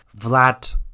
Vlad